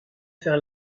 faire